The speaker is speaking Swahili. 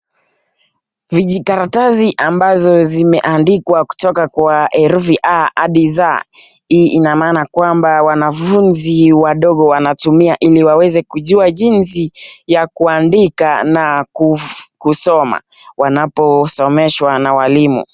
Vijikaratasi ambazo zimeandikwa kutoka kwa herufi A hadi Z. Hii ina maana kwamba wanafuzi wadogo wanatumia ili waweze kujua jinsi ya kuandika na kusoma wanaposomeshwa na walimu.